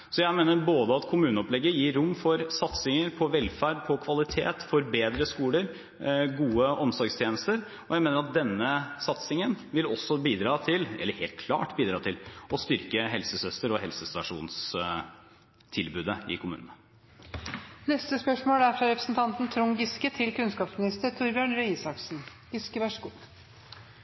Jeg mener både at kommuneopplegget gir rom for satsinger på velferd, kvalitet, forbedre skoler og gode omsorgstjenester, og at denne satsing helt klart vil bidra til å styrke helsesøster- og helsestasjonstilbudet i kommunene.